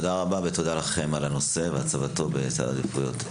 תודה רבה ותודה לכם על הנושא ועל הצבתו בסדר עדיפויות.